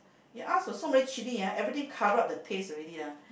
you ask for so many chilli ah everything cover up the taste already lah